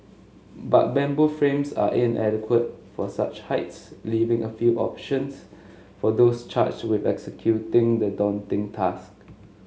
but bamboo frames are inadequate for such heights leaving a few options for those charged with executing the daunting task